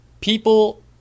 people